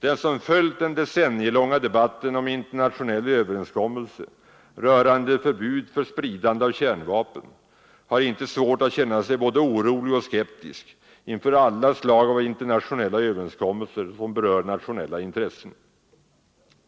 Den som har följt den decennielånga debatten om internationell överenskommelse rörande förbud mot spridande av kärnvapen har inte svårt att känna sig både orolig och skeptisk inför alla slag av internationella överenskommelser som berör nationella intressen.